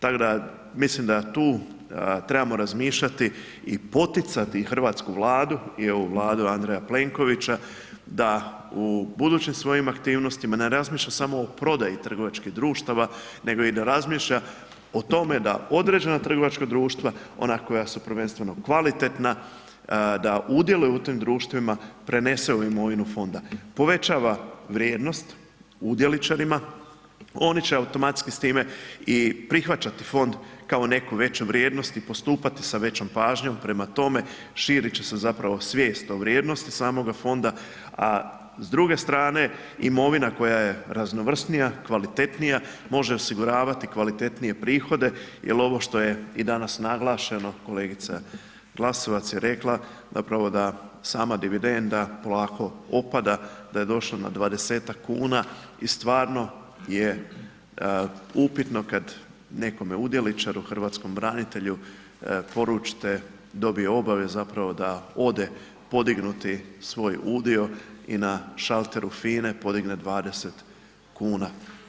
Tako da, mislim da tu trebamo razmišljati i poticati hrvatsku Vladu i ovu Vladu Andreja Plenkovića da u budućim svojim aktivnostima ne razmišlja samo o prodaju trgovačkih društava nego i da razmišlja o tome da određena trgovačka društva, ona koja su prvenstveno kvalitetna, da udjele u tim društvima prenese u imovinu Fonda, povećava vrijednost udjelničarima, oni će automatski s time i prihvaćati Fond kao neku veću vrijednost i postupati sa većom pažnjom, prema tome, širit će se zapravo svijest o vrijednosti samoga Fonda, a s druge strane, imovina koja je raznovrsnija, kvalitetnija, može osiguravati kvalitetnije prihode jer ovo što je i danas naglašeno, kolegica Glasovac je rekla zapravo da sama dividenda polako opada, da je došla na 20-tak kuna i stvarno je upitno kad nekome udjelničaru, hrvatskom branitelju poručite, dobio je obavijest zapravo da ode podignuti svoj udio i na šalteru FINA-e podigne 20 kuna.